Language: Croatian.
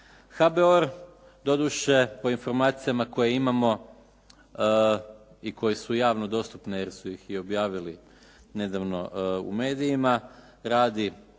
HBOR doduše po informacijama koje imamo i koje su javno dostupne jer su ih i objavili nedavno u medijima radi